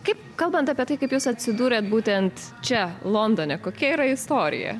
kaip kalbant apie tai kaip jūs atsidūrėt būtent čia londone kokia yra istorija